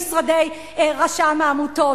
מקורות המימון של העמותות גלויים במשרדי רשם העמותות.